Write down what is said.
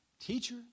Teacher